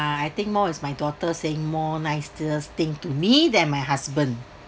I think more is my daughter saying more nicest thing to me than my husband